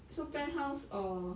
so penthouse or